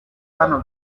hano